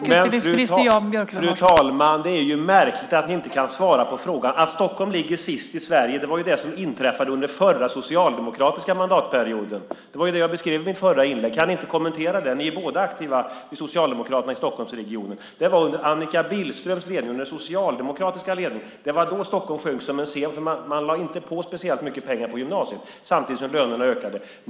Fru talman! Det är ju märkligt att mina meddebattörer inte kan svara på frågan. Att Stockholm ligger sist i Sverige var ju det som inträffade under det förra, socialdemokratiska, mandatperioden. Det var ju det jag beskrev i mitt förra inlägg. Kan ni inte kommentera det? Ni är båda aktiva inom Socialdemokraterna i Stockholmsregionen. Det var under Annika Billströms ledning, den socialdemokratiska ledningen, som Stockholm sjönk som en sten. Man lade inte på speciellt mycket pengar till gymnasiet samtidigt som lönerna ökade.